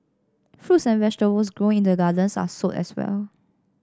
fruits and vegetables grown in the gardens are sold as well